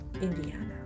Indiana